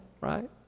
right